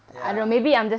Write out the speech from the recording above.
ya